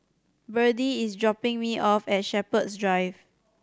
Berdie is dropping me off at Shepherds Drive